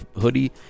hoodie